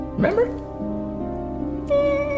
Remember